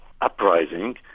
uprising